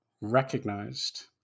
recognized